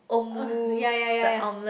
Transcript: ya ya ya ya